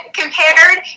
compared